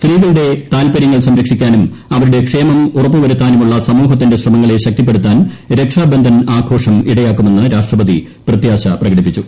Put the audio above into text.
സ്ത്രീകളുടെ താൽപ്പര്യങ്ങൾ സംരക്ഷിക്കാനും അവരുടെ ക്ഷേമം ഉറപ്പുവരുത്താനുമുള്ള സമൂഹത്തിന്റെ ശ്രമങ്ങളെ ശക്തിപ്പെടുത്താൻ രക്ഷാബന്ധൻ ആഘോഷം ഇടയാക്കുമെന്ന് രാഷ്ട്രപതി പ്രത്യാശ പ്രകടിപ്പിച്ചു